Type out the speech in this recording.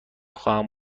خواهم